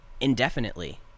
indefinitely